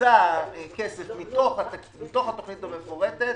שבוצע כסף בתוך התוכנית המפורטת.